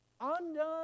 undone